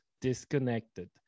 disconnected